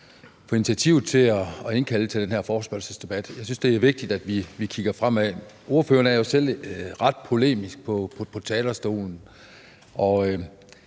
for initiativet til at indkalde til den her forespørgselsdebat. Jeg synes, det er vigtigt, at vi kigger fremad. Ordføreren er jo selv ret polemisk på talerstolen og